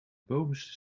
bovenste